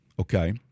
okay